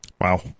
Wow